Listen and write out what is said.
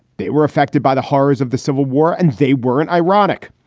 they were affected by the horrors of the civil war and they weren't ironic.